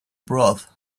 broth